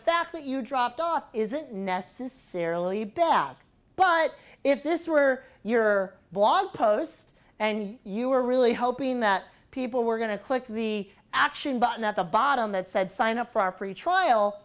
fact that you dropped off isn't necessarily bad but if this were your blog posts and you were really hoping that people were going to click the action button at the bottom that said sign up for our free trial